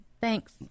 Thanks